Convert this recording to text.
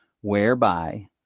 whereby